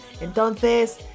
Entonces